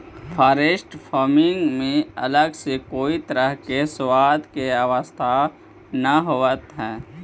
forest farming में अलग से कोई तरह के खाद के आवश्यकता न होवऽ हइ